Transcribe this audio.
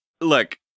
Look